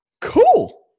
Cool